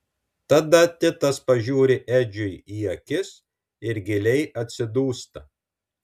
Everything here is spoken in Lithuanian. tada titas pažiūri edžiui į akis ir giliai atsidūsta